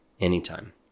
anytime